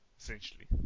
essentially